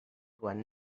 one